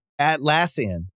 Atlassian